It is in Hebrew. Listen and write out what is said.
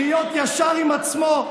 להיות ישר עם עצמו,